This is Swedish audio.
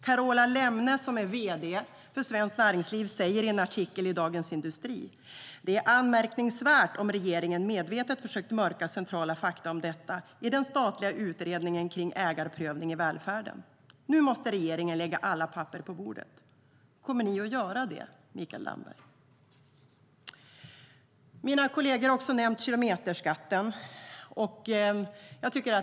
Carola Lemne, vd för Svenskt Näringsliv, säger i en artikel i Dagens industri: Det är anmärkningsvärt om regeringen medvetet försökt mörka centrala fakta om detta i den statliga utredningen om ägarprövning i välfärden. Nu måste regeringen lägga alla papper på bordet. Mina kolleger har också nämnt kilometerskatten.